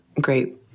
great